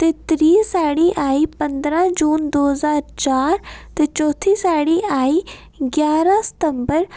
ते त्री साढ़ी आई पदरां जून दो ज्हार चार ते चौथी साढ़ी आई ग्यारां सतम्बर